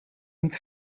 mít